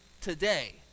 today